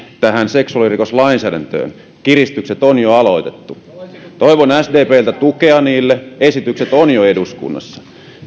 seksuaalirikoslainsäädäntöön kiristykset on jo aloitettu toivon sdpltä tukea niille esitykset ovat jo eduskunnassa